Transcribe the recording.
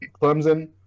Clemson